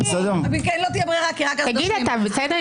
תגיד, אתה בסדר?